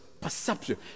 perception